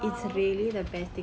!wow!